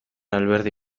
alberdi